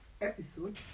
episode